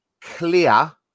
clear